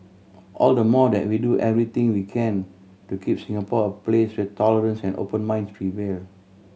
all the more that we do everything we can to keep Singapore a place where tolerance and open minds prevail